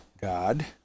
God